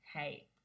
hey